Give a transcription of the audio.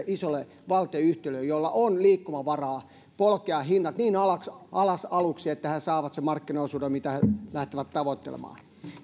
isolle valtionyhtiölle jolla on liikkumavaraa polkea hinnat aluksi niin alas alas että he saavat sen markkinaosuuden mitä he lähtevät tavoittelemaan